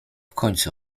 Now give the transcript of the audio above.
końcu